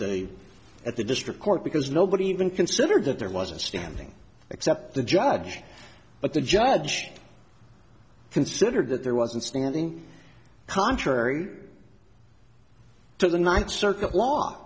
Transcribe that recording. the at the district court because nobody even considered that there was a standing except the judge but the judge considered that there wasn't standing contrary to the ninth circuit law